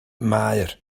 maer